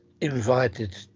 invited